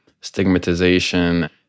stigmatization